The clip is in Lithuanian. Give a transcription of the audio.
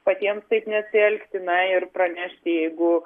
patiems taip nesielgti na ir pranešti jeigu